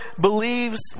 believes